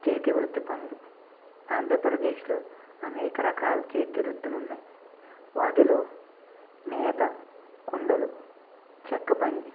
చేతి వృత్తి పనులు ఆంధ్రప్రదేశ్లో అనేక రకాల చేతివృత్తులు ఉన్నాయి వాటిలో నేత కుండలు చెక్కపని